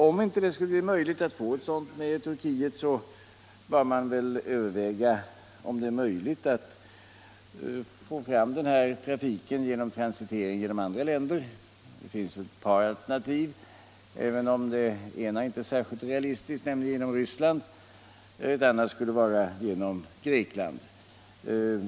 Om det inte skulle kunna träffas ett sådant avtal med Turkiet, bör man väl överväga om det inte är möjligt att få fram trafiken via transitering genom andra länder. Det finns ett par alternativ, även om det ena inte är särskilt realistiskt, nämligen genom Sovjet. Ett annat skulle vara genom Grekland.